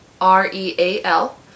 R-E-A-L